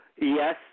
Yes